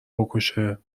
بکشه